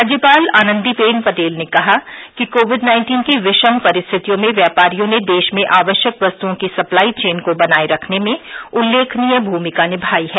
राज्यपाल आनन्दी बेन पटेल ने कहा कि कोविड नाइन्टीन की विषम परिस्थितियों में व्यापारियों ने देश में आवश्यक वस्तुओं की सप्लाई चेन को बनाये रखने में उल्लेखनीय भूमिका निभाई है